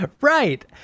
Right